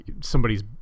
somebody's